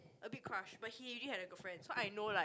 a big crush but he already had a girlfriend so I know like